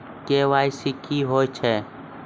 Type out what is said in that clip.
KYC की होय छै?